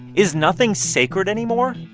is nothing sacred anymore?